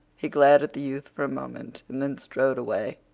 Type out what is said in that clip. he glared at the youth for a moment, and then strode away.